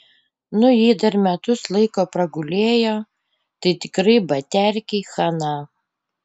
nu jei dar metus laiko pragulėjo tai tikrai baterkei chana